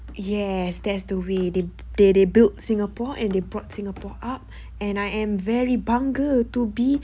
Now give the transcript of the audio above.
yes that's the way they they they built singapore and they brought singapore up and I am very bangga to be